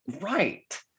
Right